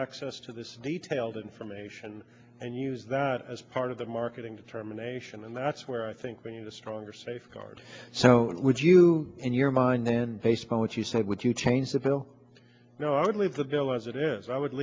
access to this detailed information and use that as part of the marketing determination and that's where i think we need a stronger safeguards so would you in your mind then baseball what you said would you change the bill you know i would leave the bill as it is i would